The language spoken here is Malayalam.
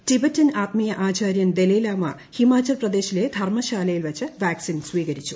ടിബറ്റൻ ആത്മീയ ആചാര്യൻ ദലൈലാമ ഹിമാചൽ പ്രദേശിലെ ധർമ്മശാലയിൽ വച്ച് വാക്സിൻ സ്വീകരിച്ചു